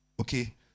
Okay